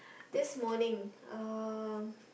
this morning uh